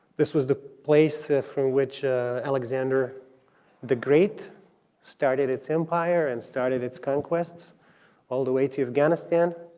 this was the place from which alexander the great started its empire and started its conquests all the way to afghanistan.